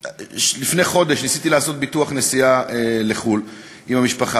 לפני חודש ניסיתי לעשות ביטוח נסיעה לחו"ל עם המשפחה.